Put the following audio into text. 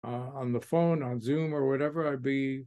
בטלפון, בזום או מה שזה לא יהיה